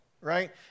right